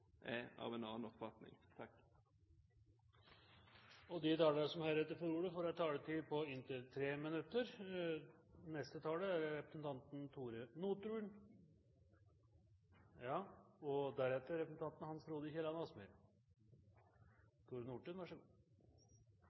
er av en annen oppfatning. De talere som heretter får ordet, har en taletid på inntil 3 minutter.